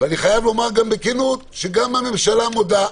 גם הממשלה מודה,